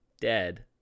dead